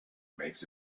makes